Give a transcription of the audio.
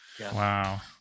Wow